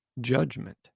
judgment